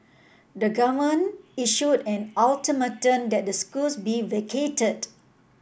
the government issued an ultimatum that the schools be vacated